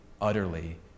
utterly